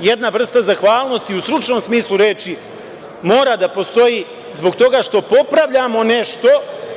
Jedna vrsta zahvalnosti u stručnom smislu reči mora da postoji zbog toga što popravljamo nešto